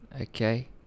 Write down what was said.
okay